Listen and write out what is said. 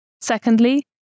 Secondly